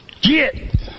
Get